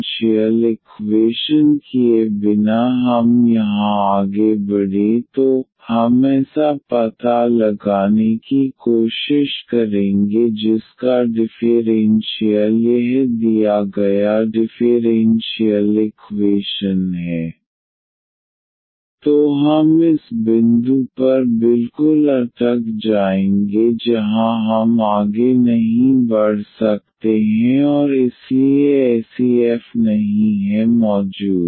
इसलिए यह केवल यह प्रदर्शित करने के लिए था कि अगर गलती से जाँच किए बिना हम यहाँ आगे बढ़ें तो हम ऐसा पता लगाने की कोशिश करेंगे जिसका डिफ़ेरेन्शियल यह दिया गया डिफ़ेरेन्शियल इक्वेशन है तो हम इस बिंदु पर बिल्कुल अटक जाएंगे जहाँ हम आगे नहीं बढ़ सकते हैं और इसलिए ऐसी एफ नहीं है मौजूद